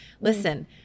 Listen